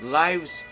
lives